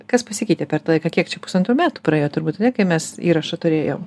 kas pasikeitė per tą laiką kiek čia pusantrų metų praėjo turbūt tada kai mes įrašą turėjom